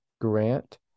Grant